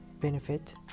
benefit